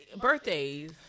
birthdays